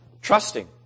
trusting